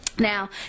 Now